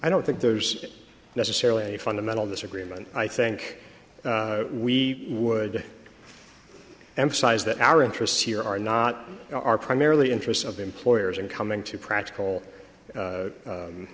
i don't think there's necessarily a fundamental disagreement i think we would emphasize that our interests here are not are primarily interests of employers and coming to practical